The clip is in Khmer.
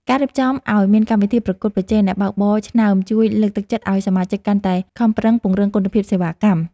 ការរៀបចំឱ្យមានកម្មវិធីប្រកួតប្រជែងអ្នកបើកបរឆ្នើមជួយលើកទឹកចិត្តឱ្យសមាជិកកាន់តែខំប្រឹងពង្រឹងគុណភាពសេវាកម្ម។